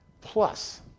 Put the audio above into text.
plus